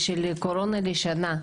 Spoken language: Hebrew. הקורונה לשנה,